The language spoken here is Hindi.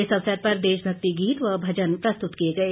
इस अवसर पर देशभक्ति गीत व भजन प्रस्तुत किए गए